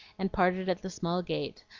and parted at the small gate,